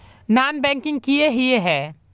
Non banking किए हिये है?